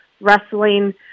wrestling